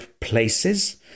places